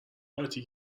قاطی